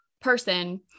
person